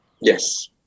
Yes